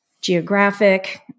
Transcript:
geographic